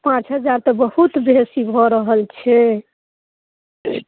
पाँच हजार तऽ बहुत बेसी भऽ रहल छै